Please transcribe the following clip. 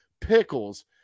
Pickles